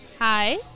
Hi